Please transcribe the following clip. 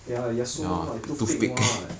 ya yasuo lah like toothpick [what]